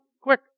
Quick